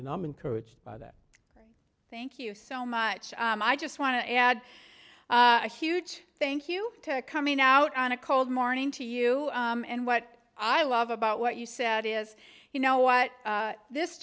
and i'm encouraged by that thank you so much i just want to add a huge thank you coming out on a cold morning to you and what i love about what you said is you know what this